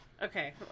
Okay